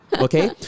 Okay